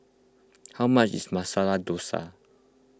how much is Masala Dosa